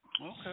Okay